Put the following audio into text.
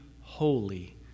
holy